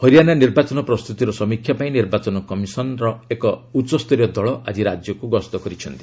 ହରିୟାଣା ନିର୍ବାଚନ ପ୍ରସ୍ତୁତିର ସମୀକ୍ଷା ପାଇଁ ନିର୍ବାଚନ କମିଶନ ର ଏକ ଉଚ୍ଚସ୍ତରୀୟ ଦଳ ଆଜି ରାଜ୍ୟକୁ ଗସ୍ତ କରିଛନ୍ତି